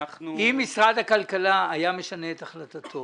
אנחנו --- אם משרד הכלכלה היה משנה את החלטתו